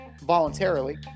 voluntarily